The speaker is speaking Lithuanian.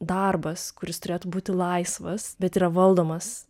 darbas kuris turėtų būti laisvas bet yra valdomas